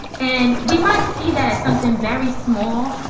and we might see that as something very small,